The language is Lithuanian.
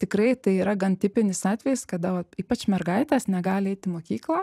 tikrai tai yra gan tipinis atvejis kada vat ypač mergaitės negali eiti į mokyklą